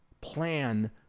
plan